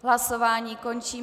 Hlasování končím.